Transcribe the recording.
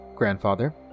Grandfather